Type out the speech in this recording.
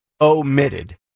omitted